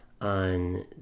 on